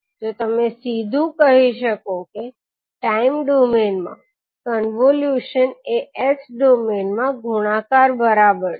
તો તમે સીધું કહી શકો કે ટાઇમ ડોમેઇન મા કોન્વોલ્યુશન એ S ડોમેઇન માં ગુણાકાર બરાબર છે